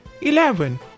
eleven